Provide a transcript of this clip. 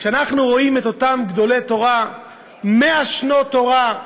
כשאנחנו רואים את אותם גדולי תורה, 100 שנות תורה,